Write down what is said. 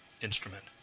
instrument